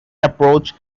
approach